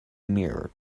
mirror